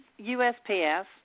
USPS